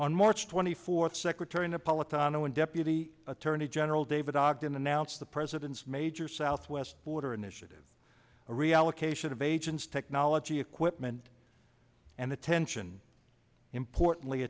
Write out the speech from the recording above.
on march twenty fourth secretary napolitano and deputy attorney general david ogden announced the president's major southwest border initiative a reallocation of agents technology equipment and attention importantly